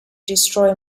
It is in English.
destroy